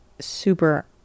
super